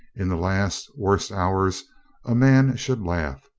in the last, worst hours a man should laugh.